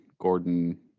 Gordon